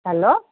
hello